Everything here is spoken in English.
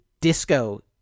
disco